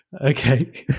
Okay